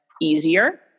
easier